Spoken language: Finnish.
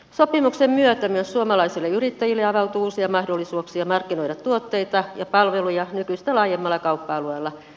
sopimuksen myötä myös suomalaisille yrittäjille avautuu uusia mahdollisuuksia markkinoida tuotteita ja palveluja nykyistä laajemmalla kauppa alueella